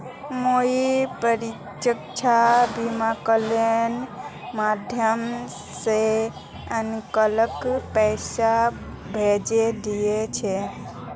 मुई प्रत्यक्ष विकलनेर माध्यम स अंकलक पैसा भेजे दिल छि